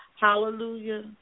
Hallelujah